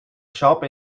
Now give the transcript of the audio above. shop